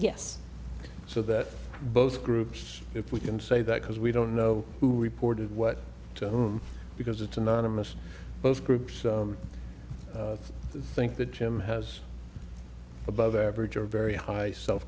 yes so that both groups if we can say that because we don't know who reported what to whom because it's anonymous both groups think the gym has above average or very high self